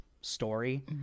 story